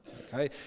okay